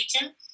region